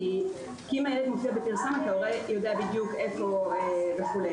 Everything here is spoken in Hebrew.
כי אם הילד מופיע בפרסומת ההורה יודע איפה וכולי.